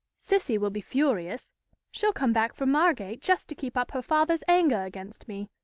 cissy will be furious she'll come back from margate just to keep up her father's anger against me.